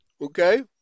Okay